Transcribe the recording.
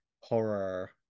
horror